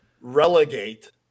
relegate